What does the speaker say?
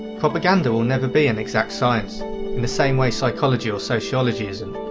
propaganda will never be an exact science, in the same way psychology or sociology isn't,